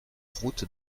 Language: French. route